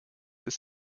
des